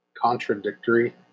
contradictory